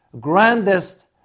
grandest